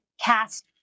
cast